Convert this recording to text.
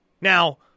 Now